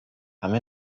haben